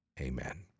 Amen